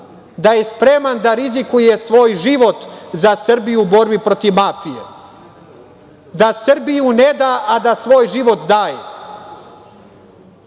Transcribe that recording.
da je spreman da rizikuje svoj život za Srbiju u borbi protiv mafije, da Srbiju ne da, a da svoj život daje. Svi